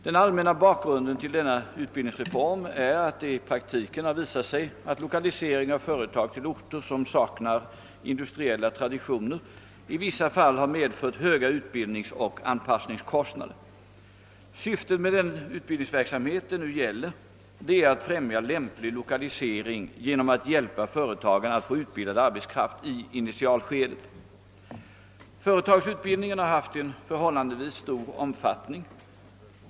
Den allmänna bakgrunden till denna utbildningsreform är att det i praktiken har visat sig att lokalisering av företag till orter som saknar industriella traditioner i vissa fall har medfört höga utbildningsoch anpassningskostnader. Syftet med den utbildningsverksamhet det nu gäller är att främja lämplig lokalisering genom att hjälpa företagen att få utbildad arbetskraft i initialskedet. Företagsutbildningen har haft en förhållandevis stor omfattning.